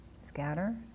Scatter